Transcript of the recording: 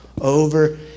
over